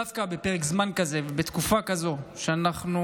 דווקא בפרק זמן כזה ובתקופה כזו שבה אנחנו,